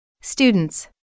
Students